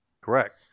Correct